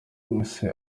ese